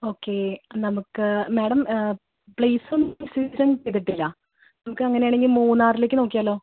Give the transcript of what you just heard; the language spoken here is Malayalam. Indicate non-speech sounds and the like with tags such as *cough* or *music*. ഓക്കെ നമുക്ക് മേഡം പ്ലേസും സീസൺ *unintelligible* നമുക്ക് അങ്ങനെ ആണെങ്കിൽ മൂന്നാറിലേക്ക് നോക്കിയാലോ